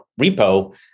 Repo